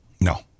No